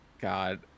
God